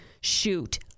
shoot